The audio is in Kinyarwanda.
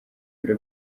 biro